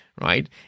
right